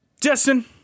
Justin